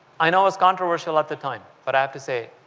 i know it was controversial at the time, but i have to say,